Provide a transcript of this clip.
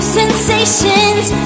sensations